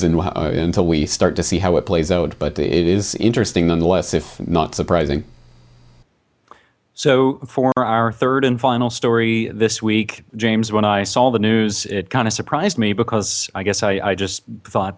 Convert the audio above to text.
until we start to see how it plays out but it is interesting nonetheless if not surprising so for our third and final story this week james when i saw the news it kind of surprised me because i guess i just thought